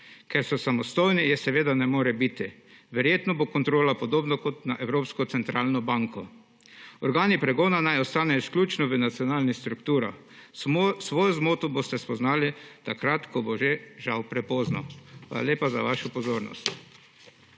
Ker so samostojni, je seveda ne more biti. Verjetno bo kontrola podobno kot nad Evropsko centralno banko. Organi pregona naj ostanejo izključno v nacionalni strukturah. Svojo zmoto boste spoznali takrat, ko bo že, žal, prepozno. Hvala lepa za vašo pozornost.